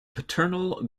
paternal